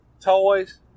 toys